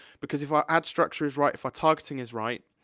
because if our ad structure is right, if our targeting is right,